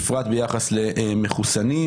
בפרט ביחס למחוסנים,